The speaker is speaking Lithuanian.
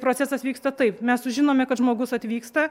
procesas vyksta taip mes sužinome kad žmogus atvyksta